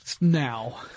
now